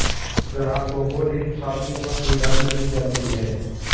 ग्राहकों को रिडीम सावधी जमा सुविधा भी दी जाती है